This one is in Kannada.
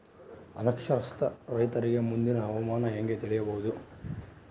ಅನಕ್ಷರಸ್ಥ ರೈತರಿಗೆ ಮುಂದಿನ ಹವಾಮಾನ ಹೆಂಗೆ ತಿಳಿಯಬಹುದು?